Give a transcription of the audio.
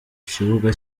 kibuga